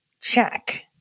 check